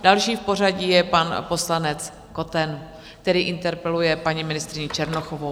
Další v pořadí je pan poslanec Koten, který interpeluje paní ministryni Černochovou.